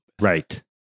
Right